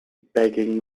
begging